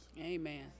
Amen